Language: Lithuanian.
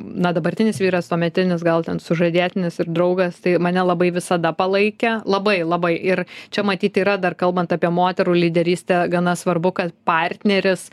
na dabartinis vyras tuometinis gal ten sužadėtinis ir draugas tai mane labai visada palaikė labai labai ir čia matyt yra dar kalbant apie moterų lyderystę gana svarbu kad partneris